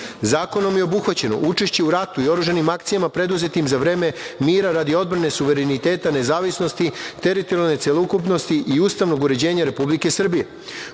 Zakonom je obuhvaćeno učešće u ratu i oružanim akcijama preduzetim za vreme mira, radi odbrane suvereniteta, nezavisnosti, teritorijalne celokupnosti i ustavnog uređenja Republike Srbije.